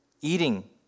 Eating